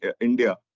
India